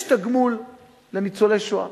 יש תגמול לניצולי שואה,